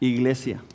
Iglesia